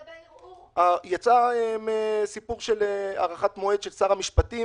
יצא סיפור של הארכת מועד של שר המשפטים